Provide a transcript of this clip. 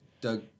Doug